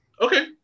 Okay